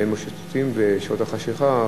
והם משוטטים בשעות החשכה,